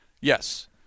Yes